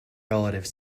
relative